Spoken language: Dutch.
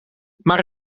maar